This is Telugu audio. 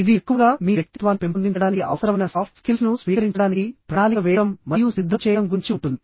ఇది ఎక్కువగా మీ వ్యక్తిత్వాన్ని పెంపొందించడానికి అవసరమైన సాఫ్ట్ స్కిల్స్ను స్వీకరించడానికి ప్రణాళిక వేయడం మరియు సిద్ధం చేయడం గురించి ఉంటుంది